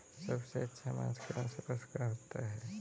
सबसे अच्छा मांस कौनसे पशु का होता है?